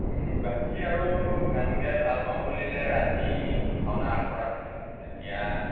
বাকী আৰু গান গাই ভাল পাওঁ বুলিলে ৰাতি ভাওনা আখৰাত তেতিয়া